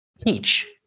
teach